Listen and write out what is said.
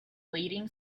leading